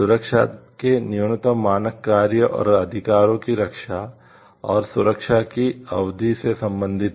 सुरक्षा के न्यूनतम मानक कार्य और अधिकारों की रक्षा और सुरक्षा की अवधि से संबंधित हैं